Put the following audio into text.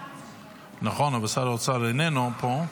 --- נכון, אבל שר האוצר איננו פה,